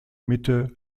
mitte